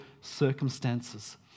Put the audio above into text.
circumstances